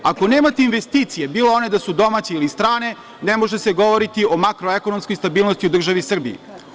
Ako nemate investicije, bilo one da su domaće ili strane, ne može se govoriti o makroekonomskoj stabilnosti u državi Srbiji.